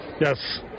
Yes